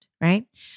right